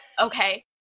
Okay